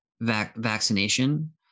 vaccination